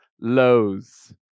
lows